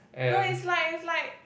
no is like is like